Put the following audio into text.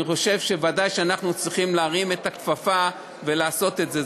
אני חושב שוודאי שאנחנו צריכים להרים את הכפפה ולעשות את זה.